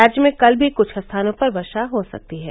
राज्य में कल भी कुछ स्थानों पर वर्षा हो सकती है